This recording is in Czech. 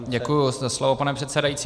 Děkuji za slovo, pane předsedající.